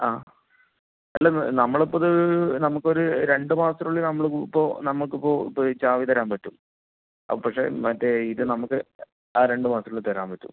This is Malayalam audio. ആ അല്ല നമ്മളിപ്പോൾ ഇത് നമുക്കൊരു രണ്ടു മാസത്തിനുള്ളില് നമ്മളിപ്പോൾ നമുക്കിപ്പോൾ ഇപ്പോൾ ചാവി തരാൻ പറ്റും പക്ഷെ മറ്റേ ഇത് നമുക്ക് ആ രണ്ടു മാസത്തിനുള്ളില് തരാൻ പറ്റും